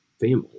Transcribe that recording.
family